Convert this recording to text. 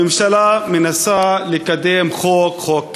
הממשלה מנסה לקדם חוק, חוק קמיניץ,